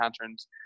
patterns